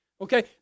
Okay